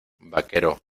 vaquero